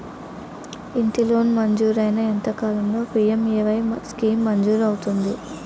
ఇంటి లోన్ మంజూరైన ఎంత కాలంలో పి.ఎం.ఎ.వై స్కీమ్ మంజూరు అవుతుంది?